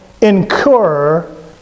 incur